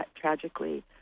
tragically